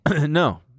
No